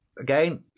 again